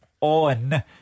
On